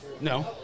No